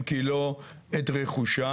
אם כי לא את רכושם.